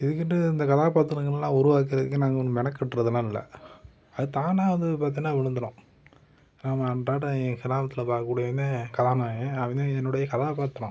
இதுக்குன்ட்டு இந்த கதாபாத்திரங்கள்லாம் உருவாக்குகிறதுக்கு நாங்கள் ஒன்று மெனக்கடுறதுலா இல்லை அது தானாக வந்தது பார்த்தீனா விழுந்துடும் ஆமாம் அன்றாட கிராமத்தில் பார்க்கக்கூடிய கதாநாயகன் அவன்தான் என்னுடைய கதாபாத்திரம்